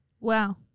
Wow